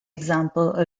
example